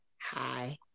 Hi